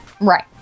right